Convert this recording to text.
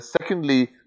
secondly